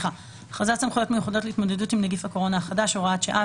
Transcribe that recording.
הכרזת סמכויות מיוחדות להתמודדות עם נגיף הקורונה החדש (הוראת שעה)